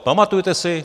Pamatujete si?